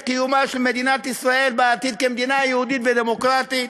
קיומה של מדינת ישראל בעתיד כמדינה יהודית ודמוקרטית,